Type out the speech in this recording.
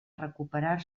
recuperar